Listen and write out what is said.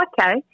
Okay